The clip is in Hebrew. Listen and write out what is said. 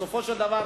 בסופו של דבר,